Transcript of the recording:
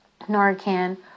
Narcan